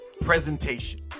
presentation